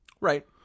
right